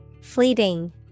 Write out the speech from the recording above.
fleeting